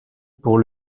pour